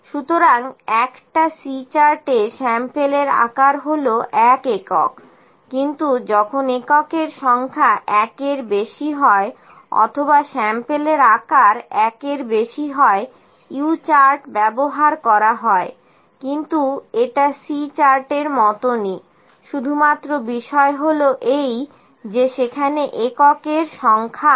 সুতরাং একটা C চার্টে স্যাম্পেলের আকার হল এক একক কিন্তু যখন এককের সংখ্যা একের বেশি হয় অথবা স্যাম্পেলের আকার একের বেশি হয় U চার্ট ব্যবহার করা হয় কিন্তু এটা C চার্টের মতনই শুধুমাত্র বিষয় হলো এই যে সেখানে এককের সংখ্যা আছে